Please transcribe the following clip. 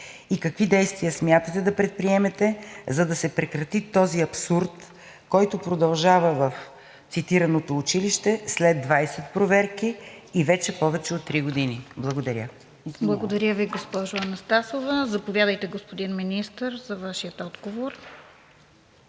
Какви действия смятате да предприемете, за да се прекрати този абсурд, който продължава в цитираното училище след 20 проверки, вече повече от три години? Благодаря. ПРЕДСЕДАТЕЛ РОСИЦА КИРОВА: Благодаря Ви, госпожо Анастасова. Заповядайте, господин Министър, за отговор.